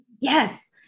Yes